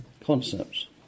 concepts